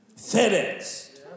FedEx